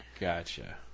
Gotcha